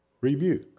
rebuke